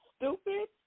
stupid